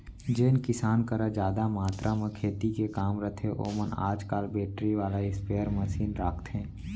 जेन किसान करा जादा मातरा म खेती के काम रथे ओमन आज काल बेटरी वाला स्पेयर मसीन राखथें